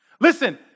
Listen